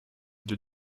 did